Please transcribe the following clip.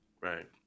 right